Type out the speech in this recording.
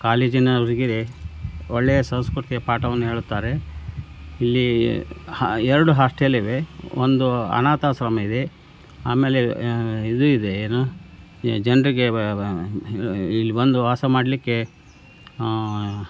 ಕಾಲೇಜಿನವರಿಗೆ ಒಳ್ಳೆಯ ಸಂಸ್ಕೃತಿಯ ಪಾಠವನ್ನು ಹೇಳುತ್ತಾರೆ ಇಲ್ಲಿ ಹ ಎರಡು ಹಾಸ್ಟೆಲ್ ಇವೆ ಒಂದು ಅನಾಥಾಶ್ರಮ ಇದೆ ಆಮೇಲೆ ಇದು ಇದೆ ಏನು ಈ ಜನರಿಗೆ ಏನು ಇಲ್ಲಿ ಬಂದು ವಾಸ ಮಾಡಲಿಕ್ಕೆ